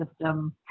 system